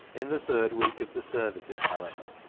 in the third week of the services, however,